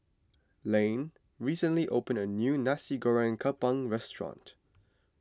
Lane recently opened a new Nasi Goreng Kampung restaurant